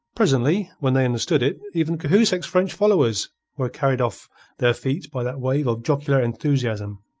presently, when they understood it, even cahusac's french followers were carried off their feet by that wave of jocular enthusiasm,